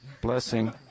Blessing